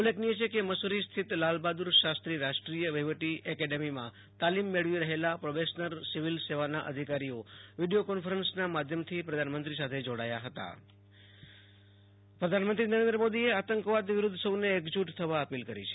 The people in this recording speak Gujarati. ઉલ્લેખનીય છે કે મસૂ રીસ્થિત લાલબહાદુર શાસ્થ્રી રાષ્ટ્રીય વહીવટી એકેડમીમાં તાલીમ મેળવી રહેલા પ્રોબેશનર સિવિલ સેવાના અધિકારીઓ વીડિયો કોન્ફરન્સના માધ્યમથી પ્રધાનમંત્રી સાથે જોડાયા હતા આશુ તોષ અંતાણી પ્રધાનમંત્રીઃગુજરાતઃએકતા દિવસઃ પ્રધાનમંત્રી નરેન્દ્ર મોદીએ આતંકવાદ વિરુદ્ધ સૌને એકજૂટ થવા અપીલ કરી છે